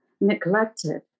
neglected